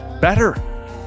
better